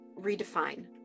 redefine